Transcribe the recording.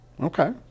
Okay